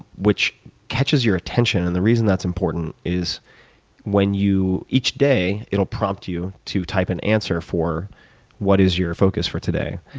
which catches your attention. and the reason that's important is when you each day it'll prompt you to type an answer for what is your focus for today.